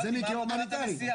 ההורדה,